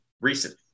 recent